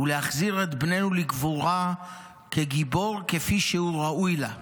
ולהחזיר את בננו לקבורה כגיבור, כפי שהוא ראוי לה.